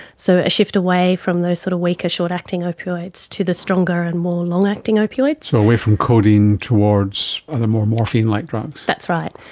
so a shift away from those sort of weaker short-acting opioids to the stronger and more long-acting opioids. so away from codeine and towards other more morphine-like drugs. that's right.